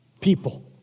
people